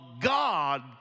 God